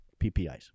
PPIs